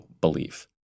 belief